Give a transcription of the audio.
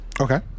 Okay